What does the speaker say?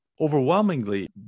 overwhelmingly